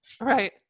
Right